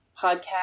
podcast